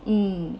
mm